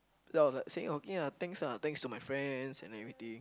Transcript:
then I was like saying okay ah thanks ah thanks to my friends and everything